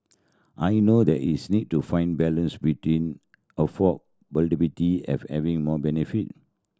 I know that is need to find balance between having more benefit